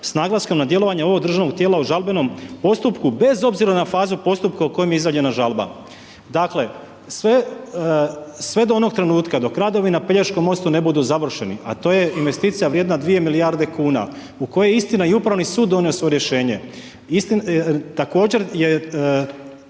s naglaskom na djelovanje ovog državnog tijela u žalbenom postupku bez obzira na fazu postupka u kojem je izjavljena žalba. Dakle, sve do onog trenutka dok radovi na Pelješkom mostu ne budu završeni, a to je investicija vrijedna dvije milijarde kuna, u koji je istina, i Upravni sud donio svoje rješenje. Također je